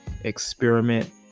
experiment